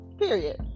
Period